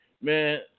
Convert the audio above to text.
man